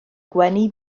gwenu